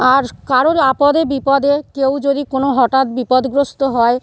আর কারোর আপদে বিপদে কেউ যদি কোনো হটাৎ বিপদগ্রস্ত হয়